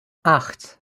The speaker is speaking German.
acht